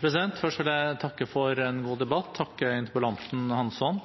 Først vil jeg takke for en god debatt og takke interpellanten, Hansson,